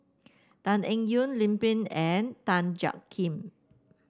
Tan Eng Yoon Lim Pin and Tan Jiak Kim